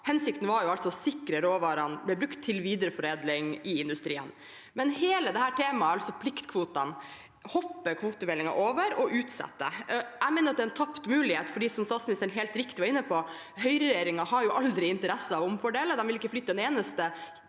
Hensikten var å sikre at råvarene ble brukt til videreforedling i industrien. Men hele dette temaet, altså pliktkvotene, hopper kvotemeldingen over og utsetter. Jeg mener det er en tapt mulighet, for som statsministeren helt riktig var inne på: Høyreregjeringen har jo aldri interesse av å omfordele, de vil ikke flytte et eneste